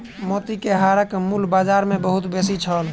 मोती के हारक मूल्य बाजार मे बहुत बेसी छल